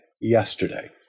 yesterday